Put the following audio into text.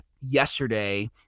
yesterday